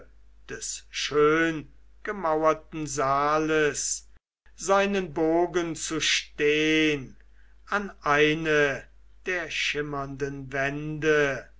des schöngemauerten saales seinen bogen zu stehn an eine der schimmernden wände